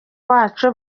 wacu